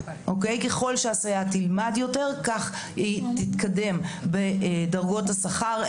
ככל שהסייעת תלמד יותר כך היא תתקדם בדרגות השכר.